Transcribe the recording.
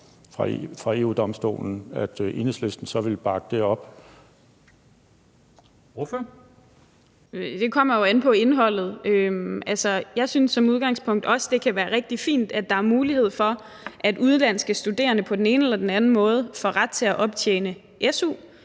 Ordføreren. Kl. 11:18 Mai Villadsen (EL): Det kommer jo an på indholdet. Jeg synes som udgangspunkt også, det kan være rigtig fint, at der er mulighed for, at udenlandske studerende på den ene eller den anden måde får ret til at optjene su,